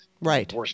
Right